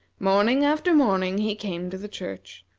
morning after morning he came to the church,